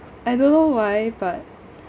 I don't know why but